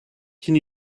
can